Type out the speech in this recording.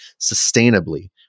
sustainably